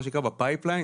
מה שנקרא ב-pipe line,